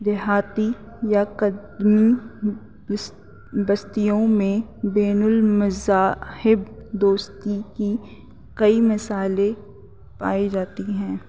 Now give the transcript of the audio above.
دیہاتی یا قدیمی بس بستیوں میں بین المذاہب دوستی کی کئی مثالیں پائی جاتی ہیں